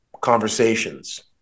conversations